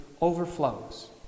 overflows